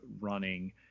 running